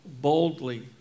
boldly